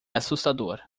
assustador